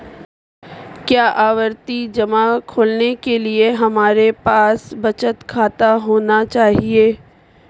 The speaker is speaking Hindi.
क्या आवर्ती जमा खोलने के लिए हमारे पास बचत खाता होना चाहिए?